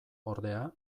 ordea